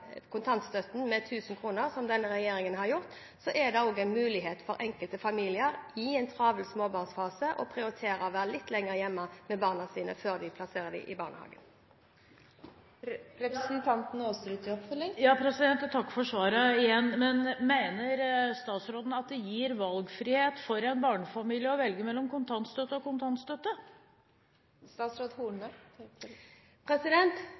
mulighet for enkelte familier i en travel småbarnsfase til å prioritere å være litt lenger hjemme med barna sine før de plasserer dem i barnehage. Jeg takker igjen for svaret. Men mener statsråden at det gir valgfrihet for en barnefamilie å velge mellom kontantstøtte og kontantstøtte?